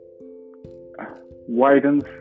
widens